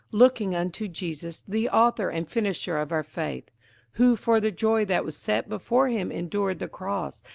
looking unto jesus the author and finisher of our faith who for the joy that was set before him endured the cross,